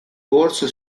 corso